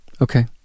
Okay